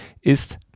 Ist